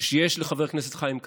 שיש לחבר הכנסת חיים כץ,